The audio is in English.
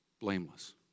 Blameless